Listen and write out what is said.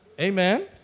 Amen